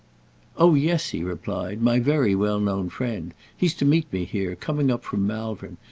oh yes, he replied, my very well-known friend. he's to meet me here, coming up from malvern,